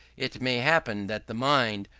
it may happen that the mind,